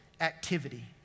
activity